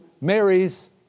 marries